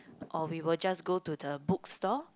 or we will just go to the bookstore